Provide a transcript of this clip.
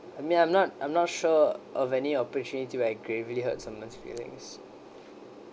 I mean I'm not I'm not sure of any opportunity where I gravely hurt someone's feelings